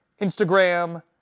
Instagram